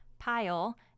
pile